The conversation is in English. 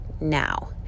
now